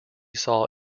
saw